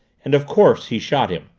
and of course he shot him.